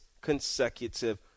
consecutive